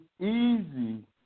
easy